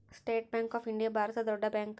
state bank of India ಭಾರತದ ದೊಡ್ಡ bank